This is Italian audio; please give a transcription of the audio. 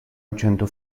accento